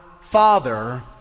Father